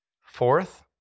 Fourth